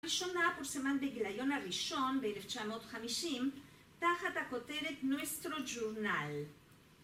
הראשונה פורסמת בגיליון הראשון ב-1950 תחת הכותרת נויסטרו ג'ורנל.